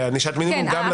לענישת מינימום גם לסעיף הזה.